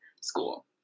school